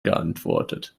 geantwortet